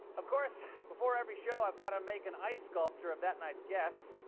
of course, before every show i've got to make an ice scrupt ture of that night's guest,